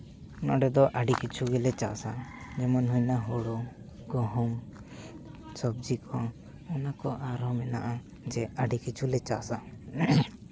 ᱱᱚᱸᱰᱮ ᱫᱚ ᱟᱹᱰᱤ ᱠᱤᱪᱪᱷᱩ ᱜᱮᱞᱮ ᱪᱟᱥᱟ ᱡᱮᱢᱚᱱ ᱦᱩᱭᱱᱟ ᱦᱳᱲᱳ ᱜᱚᱦᱩᱢ ᱥᱚᱵᱽᱡᱤ ᱠᱚ ᱚᱱᱟ ᱠᱚ ᱟᱨᱦᱚᱸ ᱢᱮᱱᱟᱜᱼᱟ ᱡᱮ ᱟᱹᱰᱤ ᱠᱤᱪᱷᱩᱞᱮ ᱪᱟᱥᱟ